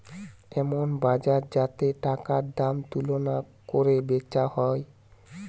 এমন বাজার যাতে টাকার দাম তুলনা কোরে বেচা হয়